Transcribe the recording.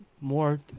more